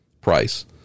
price